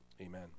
Amen